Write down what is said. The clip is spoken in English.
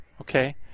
okay